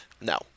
No